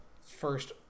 first